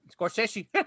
Scorsese